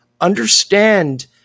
understand